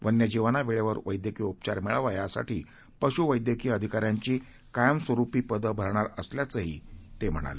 वन्यजीवांनावेळेवरवैद्यकीयउपचारमिळावायासाठीपशुवैदयकीयअधिकाऱ्यांचीकायमस्वरूपीपदंभरणारअसल्याचंहीतेम्हणाले